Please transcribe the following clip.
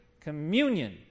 communion